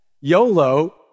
YOLO